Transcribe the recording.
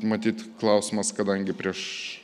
matyt klausimas kadangi prieš